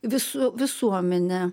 visu visuomene